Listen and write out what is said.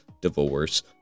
divorce